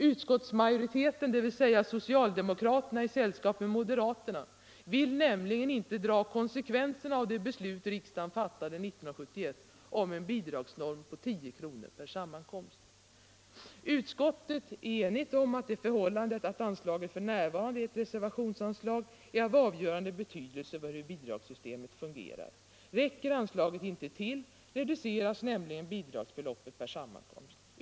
Utskottsmajoriteten, dvs. socialdemokraterna i sällskap med moderaterna, vill nämligen inte dra konsekvenserna av det beslut riksdagen fattade 1971 om en bidragsnorm på 10 kr. per sammankomst. Utskottet är enigt om att det förhållandet att anslaget f.n. är ett reservationsanslag är av avgörande betydelse för hur bidragssystemet fungerar. Räcker anslaget inte till, reduceras nämligen bidragsbeloppet per sammankomst.